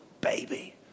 baby